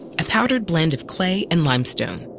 a powdered blend of clay and limestone.